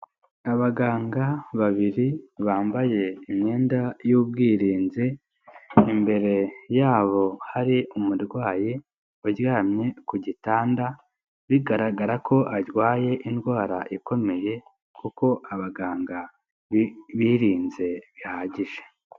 Abaganga babiri bambaye imyenda y'ubwirinzi, imbere yabo hari umurwayi uryamye ku gitanda bigaragara ko arwaye indwara ikomeye kuko abaganga birinze bihagije.